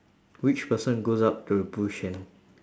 which person goes up to the bush and